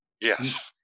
Yes